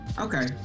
okay